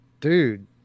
Dude